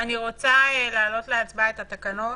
אני רוצה להעלות להצבעה את התקנות,